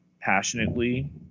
passionately